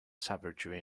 savagery